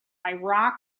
iraq